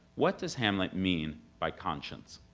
what does hamlet mean by conscience?